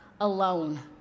alone